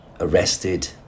arrested